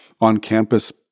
on-campus